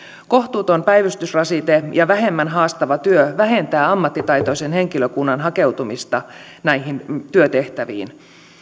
kohtuuton päivystysrasite ja vähemmän haastava työ vähentää ammattitaitoisen henkilökunnan hakeutumista näihin työtehtäviin